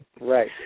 right